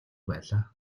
байлаа